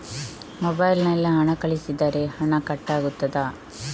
Mobile ನಲ್ಲಿ ಹಣ ಕಳುಹಿಸಿದರೆ ಹಣ ಕಟ್ ಆಗುತ್ತದಾ?